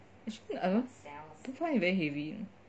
actually I don't find it very heavy